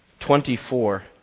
24